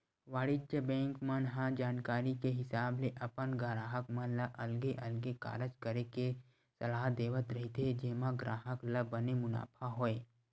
वाणिज्य बेंक मन ह जानकारी के हिसाब ले अपन गराहक मन ल अलगे अलगे कारज करे के सलाह देवत रहिथे जेमा ग्राहक ल बने मुनाफा होय